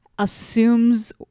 Assumes